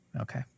okay